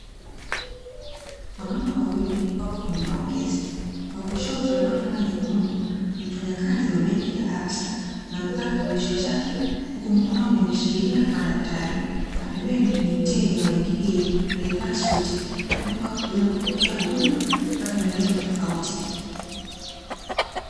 Wanaume wawili wapo kwenye maongezi. Wa kushoto aliyevaa fulana nyekundu, ni mfanyakazi wa benki ya ABSA, na amevaa kitambulisho chake, huku mkononi ameshikilia madaftari. Na pembeni ni mteja wa benki hiyo aliyevaa suti, na yupo hapo kwa ajili ya kupokea huduma na kupata maelezo tofauti.